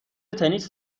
تنیس